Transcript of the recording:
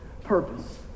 Purpose